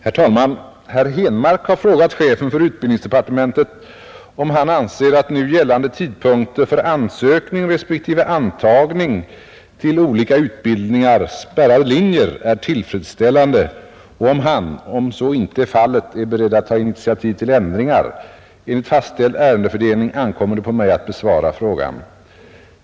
Herr talman! Herr Henmark har frågat chefen för utbildningsdepartementet om han anser att nu gällande tidpunkter för ansökning respektive antagning till olika utbildningar är tillfredsställande och om han — om så inte är fallet — är beredd att ta initiativ till ändringar. Enligt fastställd ärendefördelning ankommer det på mig att besvara frågan.